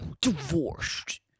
Divorced